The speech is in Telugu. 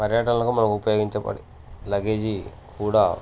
పర్యటకులకు మనం ఉపయోగించబడే లగేజీ కూడా